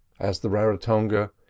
as the raratonga,